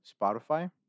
Spotify